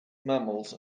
mammals